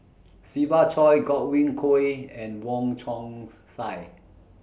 Siva Choy Godwin Koay and Wong Chong Sai